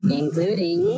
including